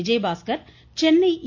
Vijayabaskar Chennai இ